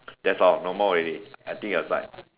that's all no more already I think your side